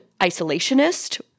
isolationist